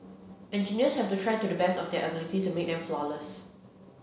engineers have to try to the best of their ability to make them flawless